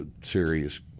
serious